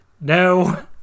No